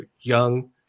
Young